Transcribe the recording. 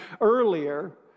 earlier